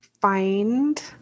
find